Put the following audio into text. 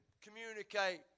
communicate